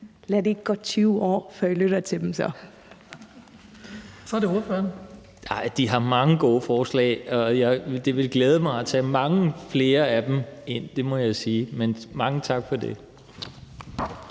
Så er det ordføreren. Kl. 17:27 Kim Valentin (V): De har mange gode forslag, og det ville glæde mig at tage mange flere af dem ind; det må jeg sige. Men mange tak for det.